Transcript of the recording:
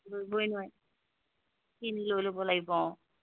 কিনি লৈ ল'ব লাগিব অঁ